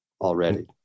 already